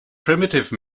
primitive